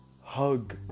hug